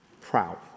proud